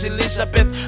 Elizabeth